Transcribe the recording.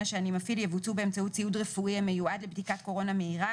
שאני מפעיל יבוצעו באמצעות ציוד רפואי המיועד לבדיקת קורונה מהירה